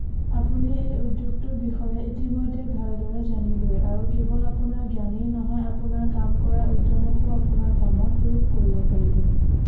আপুনি এই উদ্যোগটোৰ বিষয়ে ইতিমধ্যে ভালদৰে জানিবই আৰু কেৱল আপোনাৰ জ্ঞানেই নহয় আপোনাৰ কাম কৰাৰ উদ্যমকো আপোনাৰ কামত প্ৰযোগ কৰিব পাৰিব